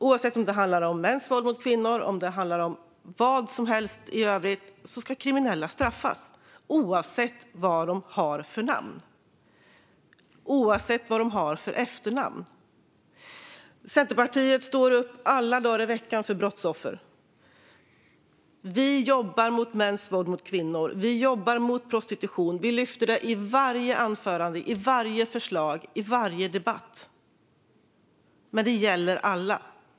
Oavsett om det handlar om mäns våld mot kvinnor eller om vad som helst i övrigt ska kriminella straffas, oavsett vad de har för efternamn. Centerpartiet står upp alla dagar i veckan för brottsoffer. Vi jobbar mot mäns våld mot kvinnor. Vi jobbar mot prostitution. Vi lyfter fram det i varje anförande, i varje förslag och i varje debatt. Men det gäller alla.